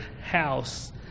house